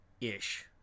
ish